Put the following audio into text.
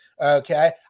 Okay